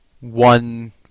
one